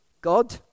God